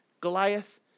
Goliath